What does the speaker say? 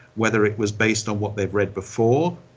whether it was based on what they had read before,